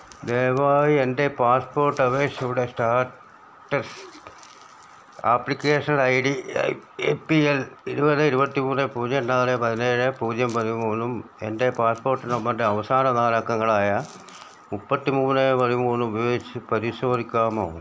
ദയവായി എൻ്റെ പാസ്പോർട്ട് അപേക്ഷയുടെ status application I D A P L ഇരുപത് ഇരുപത്തിമൂന്ന് പൂജ്യം നാല് പതിനേഴ് പൂജ്യം പതിമൂന്നും എൻ്റെ പാസ്പോട്ട് നമ്പറിൻ്റെ അവസാന നാലക്കങ്ങളായ മുപ്പത്തിമൂന്ന് പതിമൂന്ന് ഉപയോഗിച്ച് പരിശോധിക്കാമോ